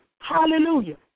Hallelujah